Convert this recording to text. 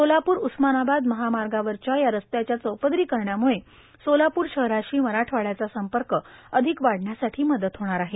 सोलापूर उस्मानाबाद महामार्गावरच्या या रस्त्याच्या चौपदरीकरणामुळे सोलापूर शहराशी मराठवाङ्याचा संपर्क अधिक वाढण्यासाठी मदत होणार आहे